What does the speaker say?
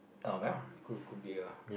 uh there could could be a